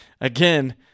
again